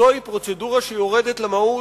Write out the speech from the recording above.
זוהי פרוצדורה שיורדת למהות".